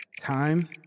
Time